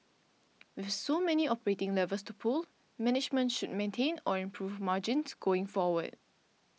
with so many operating levers to pull management should maintain or improve margins going forward